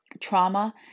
Trauma